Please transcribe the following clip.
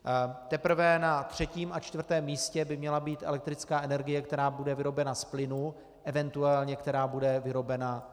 Teprve na třetím a čtvrtém místě by měla být elektrická energie, která bude vyrobena z plynu, eventuálně která bude vyrobena z uhlí.